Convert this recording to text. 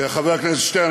חבר הכנסת שטרן,